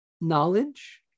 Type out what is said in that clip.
knowledge